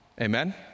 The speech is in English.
Amen